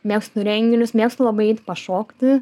mėgstu renginius mėgstu labai eit pašokti